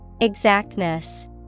Exactness